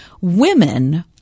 Women